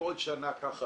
כל שנה ככה